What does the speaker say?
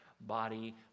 body